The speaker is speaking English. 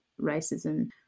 racism